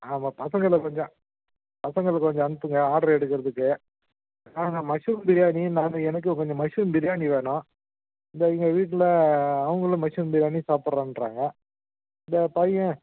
ஆமாம் பசங்களை கொஞ்சம் பசங்களை கொஞ்சம் அனுப்புங்கள் ஆட்ரு எடுக்கிறதுக்கு ஆ மஷ்ரூம் பிரியாணி நான் எனக்கு கொஞ்சம் மஷ்ரூம் பிரியாணி வேணும் இதோ எங்கள் வீட்டில் அவர்களும் மஷ்ரூம் பிரியாணி சாப்பிட்றேன்றாங்க என் பையன்